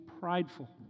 prideful